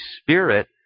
Spirit